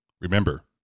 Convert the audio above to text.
Remember